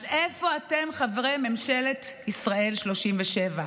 אז איפה אתם, חברי ממשלת ישראל השלושים-ושבע?